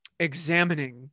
examining